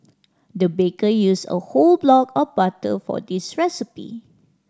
the baker used a whole block of butter for this recipe